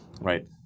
Right